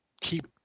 keep